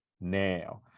now